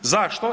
Zašto?